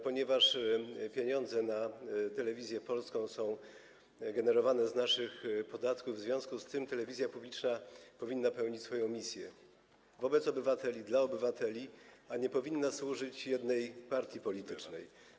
Ponieważ pieniądze na Telewizję Polską są generowane z naszych podatków, telewizja publiczna powinna pełnić swoją misję wobec obywateli, dla obywateli, a nie powinna służyć jednej partii politycznej.